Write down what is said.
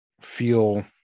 feel